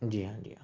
جی ہاں جی ہاں